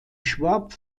schwab